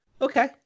Okay